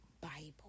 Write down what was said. Bible